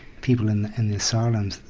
people in the and the asylums,